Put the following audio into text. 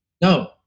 no